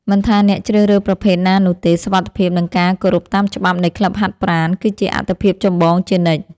មិនថាអ្នកជ្រើសរើសប្រភេទណានោះទេ សុវត្ថិភាព និងការគោរពតាមច្បាប់នៃក្លឹបហាត់ប្រាណ គឺជាអាទិភាពចម្បងជានិច្ច។